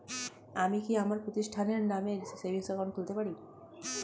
আমি কি আমার প্রতিষ্ঠানের নামে সেভিংস একাউন্ট খুলতে পারি?